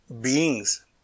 beings